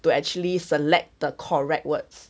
to actually select the correct words